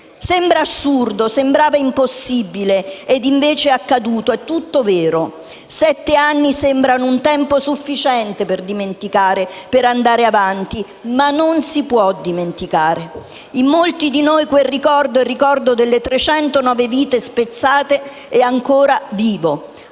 Sembra assurdo, sembrava impossibile e invece è accaduto ed è tutto vero. Sette anni sembrano un tempo sufficiente per dimenticare, per andare avanti, ma non si può dimenticare. In molti di noi quel ricordo, il ricordo delle 309 vite spezzate, è ancora vivo.